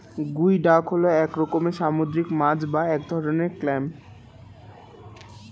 গুই ডাক হল এক রকমের সামুদ্রিক মাছ বা এক ধরনের ক্ল্যাম